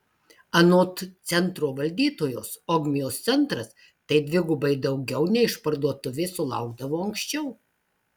anot centro valdytojos ogmios centras tai dvigubai daugiau nei išparduotuvės sulaukdavo anksčiau